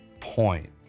point